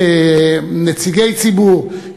כנציגי ציבור,